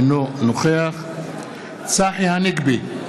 אינו נוכח צחי הנגבי,